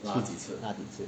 拉几次